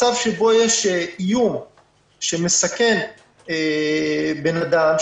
מצב שבו יש איום שמסכן בן אדם,